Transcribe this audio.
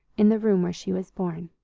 in the room where she was born.